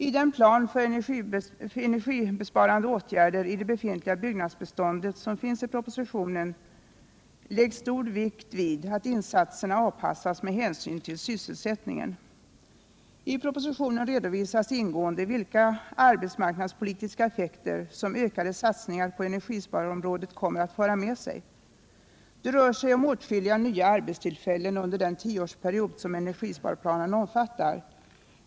I den plan för energisparande åtgärder i det befintliga byggnadsbeståndet som finns i propositionen läggs stor vikt vid att insatserna avpassas med hänsyn till sysselsättningen. I propositionen redovisas ingående vilka arbetsmarknadspolitiska effekter som ökade satsningar på energisparområdet kommer att föra med sig. Det rör sig om åtskilliga nya arbetstillfällen under den tioårsperiod som energisparplanen omfattar.